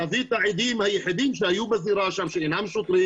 להביא את העדים היחידים שהיו בזירה שם שאינם שוטרים